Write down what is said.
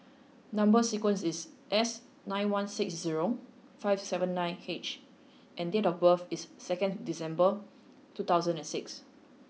number sequence is S eight one six zero five seven nine H and date of birth is second December two thousand and six